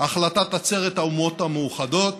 החלטת עצרת האומות המאוחדות